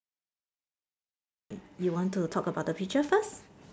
you want to talk about the picture first